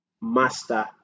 master